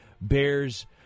Bears